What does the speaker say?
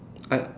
I uh